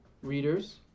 readers